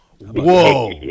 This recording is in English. Whoa